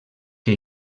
que